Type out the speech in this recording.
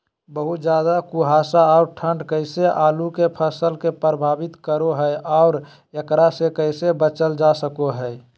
बहुत ज्यादा कुहासा और ठंड कैसे आलु के फसल के प्रभावित करो है और एकरा से कैसे बचल जा सको है?